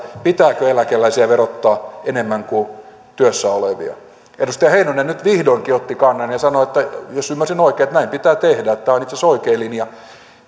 pitääkö eläkeläisiä verottaa enemmän kuin työssä olevia edustaja heinonen nyt vihdoinkin otti kannan ja sanoi jos ymmärsin oikein että näin pitää tehdä että tämä on itse asiassa oikea linja